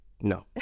No